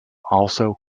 also